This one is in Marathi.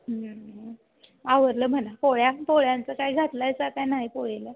आवडलं म्हणा पोळ्या पोळ्यांचं काय घातलंयसा का नाही पोळीला